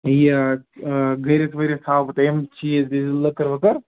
یہِ آ گٔرِتھ ؤرِتھ تھاوٕ بہٕ تۄہہِ یِم چیٖز ویٖز لٔکٕر ؤکٕر